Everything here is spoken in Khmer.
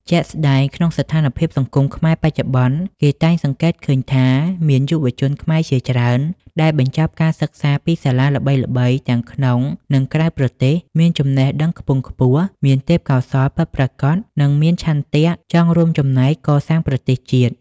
ជាក់ស្តែងស្ថានភាពសង្គមខ្មែរបច្ចុប្បន្ន គេតែងសង្កេតឃើញថា មានយុវជនខ្មែរជាច្រើនដែលបញ្ចប់ការសិក្សាពីសាលាល្បីៗទាំងក្នុង និងក្រៅប្រទេស មានចំណេះដឹងខ្ពង់ខ្ពស់ មានទេពកោសល្យពិតប្រាកដ និងមានឆន្ទៈចង់រួមចំណែកកសាងប្រទេសជាតិ។